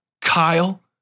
kyle